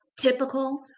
typical